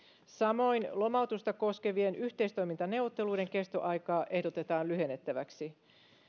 samoin lomautusta koskevien yhteistoimintaneuvotteluiden kestoaikaa ehdotetaan lyhennettäväksi viiden päivän neuvotteluaika